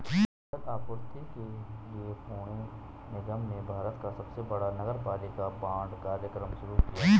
जल आपूर्ति के लिए पुणे निगम ने भारत का सबसे बड़ा नगरपालिका बांड कार्यक्रम शुरू किया